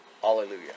Hallelujah